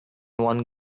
one